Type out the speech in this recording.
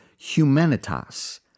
humanitas